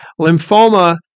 Lymphoma